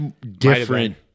different